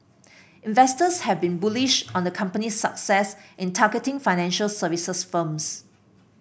investors have been bullish on the company's success in targeting financial services firms